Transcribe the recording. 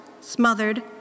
smothered